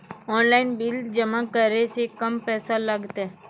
Online bill जमा करै से कम पैसा लागतै?